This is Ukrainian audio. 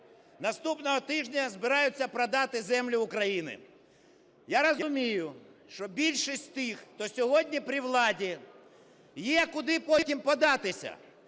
Наступного тижня збираються продати землю України. Я розумію, що більшість тих, хто сьогодні при владі, є куди потім податися.